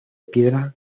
piedra